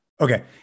Okay